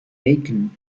macon